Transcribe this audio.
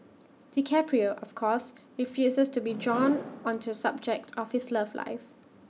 DiCaprio of course refuses to be drawn on to subject of his love life